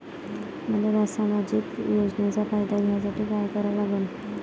मले सामाजिक योजनेचा फायदा घ्यासाठी काय करा लागन?